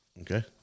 Okay